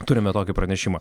turime tokį pranešimą